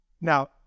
Now